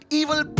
evil